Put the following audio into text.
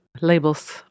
labels